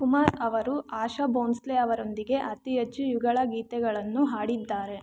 ಕುಮಾರ್ ಅವರು ಆಶಾ ಭೋಂಸ್ಲೆ ಅವರೊಂದಿಗೆ ಅತಿ ಹೆಚ್ಚು ಯುಗಳ ಗೀತೆಗಳನ್ನು ಹಾಡಿದ್ದಾರೆ